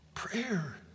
Prayer